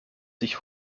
sich